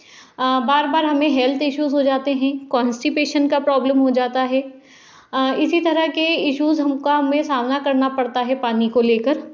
बार बार हमें health issues हो जाते हैं कॉन्स्टिपेशन का प्रॉब्लम हो जाता है इसी तरह के इश्यूज़ उनका हमें सामना पड़ता है पानी को लेकर